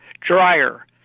dryer